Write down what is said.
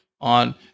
on